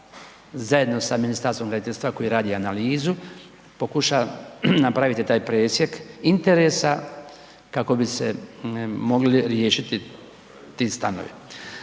zajedno sa Ministarstvom graditeljstva koje radi analizu, pokuša napraviti taj presjek interesa, kako bi se mogli riješiti ti stanovi.